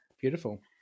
Beautiful